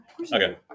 Okay